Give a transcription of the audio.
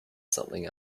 something